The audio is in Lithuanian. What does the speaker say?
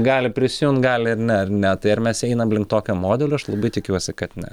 gali prisijungt gali ir ne ar ne tai ar mes einam link tokio modelio aš labai tikiuosi kad ne